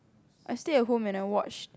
I stay at home and I watch